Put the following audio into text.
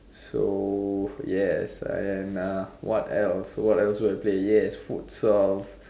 so yes and what else what else do I play yes futsal